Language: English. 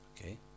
okay